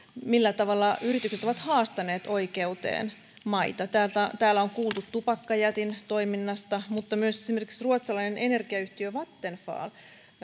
millä tavalla yritykset ovat haastaneet oikeuteen maita täällä on kuultu tupakkajätin toiminnasta mutta myös esimerkiksi ruotsalainen energiayhtiö vattenfall